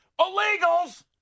illegals